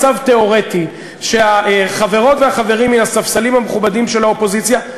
מצב תיאורטי שהחברות והחברים מן הספסלים המכובדים של האופוזיציה,